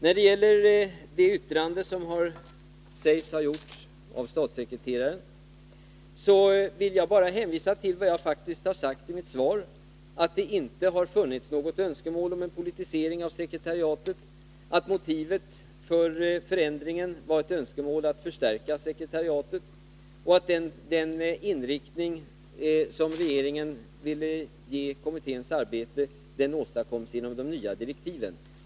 När det gäller det yttrande som sägs ha gjorts av statssekreteraren vill jag bara hänvisa till vad jag faktiskt har sagt i mitt svar, nämligen att det inte har funnits något önskemål om en politisering av sekretariatet, att motivet för förändringen var ett önskemål om att förstärka sekretariatet och att den inriktning som regeringen ville ge kommitténs arbete åstadkoms genom de nya direktiven.